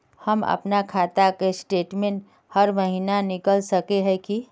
हम अपना खाता के स्टेटमेंट हर महीना निकल सके है की?